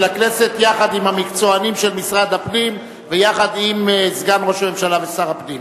הכנסת יחד עם המקצוענים של משרד הפנים ועם סגן ראש הממשלה ושר הפנים.